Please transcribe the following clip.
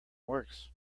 works